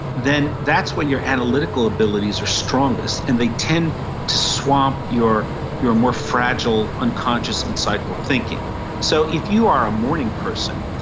then that's when your analytical abilities are strongest and they tend to swamp your your more fragile, unconscious insightful thinking so if you are a morning person,